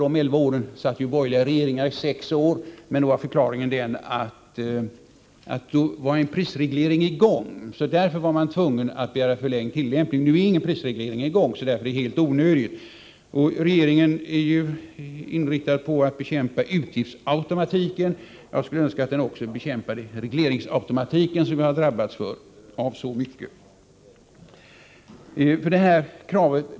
Under dessa elva år satt borgerliga regeringar i sex år, men då var förklaringen den att en prisreglering var i gång, varför man var tvungen att begära förlängd tillämpning. Nu är emellertid ingen prisreglering i gång, så det är helt onödigt. Regeringen är ju inriktad på att bekämpa utgiftsautomatiken. Jag skulle Önska att den också var inriktad på att bekämpa regleringsautomatiken, som vi har drabbats av så mycket.